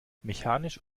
mechanisch